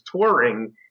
touring